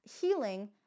healing